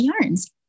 Yarns